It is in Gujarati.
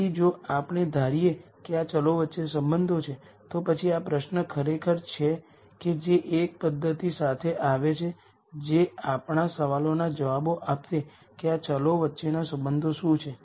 તેથી જો આપણે ધારીએ કે આ વેરીએબલ્સ વચ્ચે સંબંધો છે તો પછી આ પ્રશ્ન ખરેખર છે કે જે એક પદ્ધતિ સાથે આવે છે જે આપણા સવાલોના જવાબ આપશે કે આ વેરીએબલ્સ વચ્ચેના સંબંધો શું છે